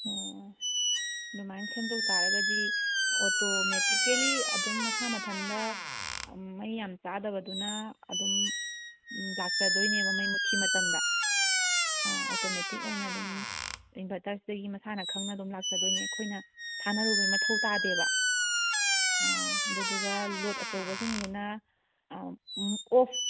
ꯑꯣ ꯑꯗꯨꯃꯥꯏꯅ ꯁꯦꯝꯗꯣꯛ ꯇꯥꯔꯒꯗꯤ ꯑꯣꯇꯣ ꯃꯦꯇꯤꯀꯦꯜꯂꯤ ꯑꯗꯨꯝ ꯃꯁꯥ ꯃꯊꯟꯗ ꯃꯩ ꯌꯥꯝ ꯆꯥꯗꯕꯗꯨꯅ ꯑꯗꯨꯝ ꯂꯥꯛꯆꯗꯣꯏꯅꯦꯕ ꯃꯩ ꯃꯨꯠꯈꯤ ꯃꯇꯝꯗ ꯑꯣ ꯑꯣꯇꯣꯃꯦꯇꯤꯛ ꯑꯣꯏꯅ ꯑꯗꯨꯝ ꯏꯟꯚꯔꯇꯔꯁꯤꯗꯒꯤ ꯃꯁꯥꯅ ꯈꯪꯅ ꯑꯗꯨꯝ ꯂꯥꯛꯆꯗꯣꯏꯅꯦ ꯑꯩꯈꯣꯏꯅ ꯊꯥꯅꯔꯨꯕꯒꯤ ꯃꯊꯧ ꯇꯥꯗꯦꯕ ꯑꯣ ꯑꯗꯨꯗꯨꯒ ꯂꯣꯠ ꯑꯆꯧꯕꯁꯤꯡꯗꯨꯅ ꯑꯣꯐ